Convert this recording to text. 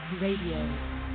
Radio